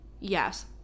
Yes